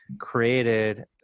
created